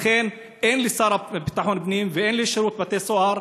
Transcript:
אין לשר לביטחון הפנים ואין לשירות בתי-הסוהר